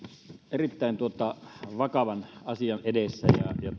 erittäin vakavan asian edessä